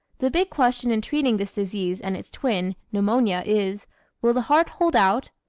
the big question in treating this disease and its twin, pneumonia, is will the heart hold out?